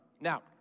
Now